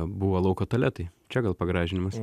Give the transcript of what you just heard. buvo lauko tualetai čia gal pagražinimas